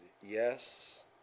yes